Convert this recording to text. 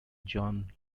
jon